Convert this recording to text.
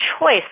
choice